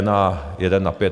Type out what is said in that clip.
A jeden na pět.